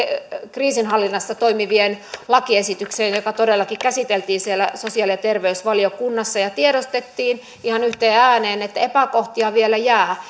kriisinhallinnassa toimivien lakiesitykseen joka todellakin käsiteltiin sosiaali ja terveysvaliokunnassa ja ja tiedostettiin ihan yhteen ääneen että epäkohtia vielä jää